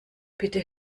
bitte